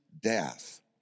death